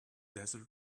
desert